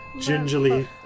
Gingerly